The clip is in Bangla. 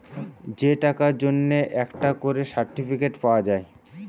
যে টাকার জন্যে একটা করে সার্টিফিকেট পাওয়া যায়